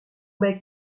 bec